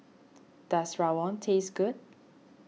does Rawon taste good